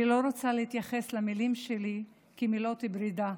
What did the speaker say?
אני לא רוצה להתייחס למילים שלי כאל מילות פרידה,